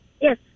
Yes